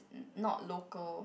not local